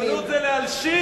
ציונות זה להלשין.